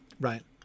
right